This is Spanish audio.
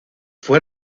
fue